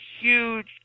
huge